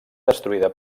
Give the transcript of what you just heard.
destruïda